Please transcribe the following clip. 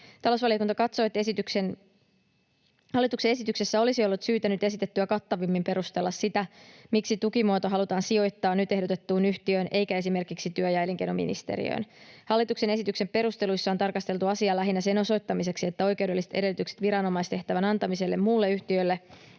Talousvaliokunta katsoo, että hallituksen esityksessä olisi ollut syytä nyt esitettyä kattavammin perustella sitä, miksi tukimuoto halutaan sijoittaa nyt ehdotettuun yhtiöön eikä esimerkiksi työ- ja elinkeinoministeriöön. Hallituksen esityksen perusteluissa on tarkasteltu asiaa lähinnä sen osoittamiseksi, että oikeudelliset edellytykset viranomaistehtävän antamiselle muulle taholle